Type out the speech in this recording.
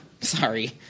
sorry